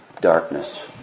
darkness